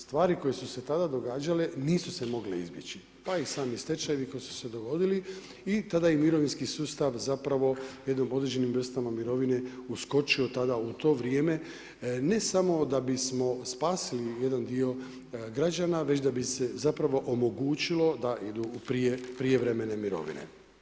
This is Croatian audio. Stvari koje su se tada događale nisu se mogle izbjeći pa i sami stečajevi koji su se dogodili i tada je mirovinski sustav zapravo, jednim određenim vrstama mirovine uskočio tada, u to vrijeme, ne samo da bismo spasili jedan dio građana, već da bi se zapravo omogućilo da idu u prijevremene mirovine.